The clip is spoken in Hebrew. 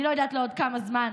אני לא יודעת לעוד כמה זמן,